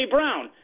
Brown